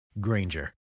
Granger